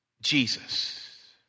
Jesus